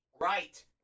right